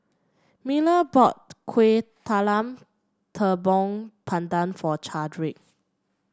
Miller bought Kuih Talam Tepong Pandan for Chadwick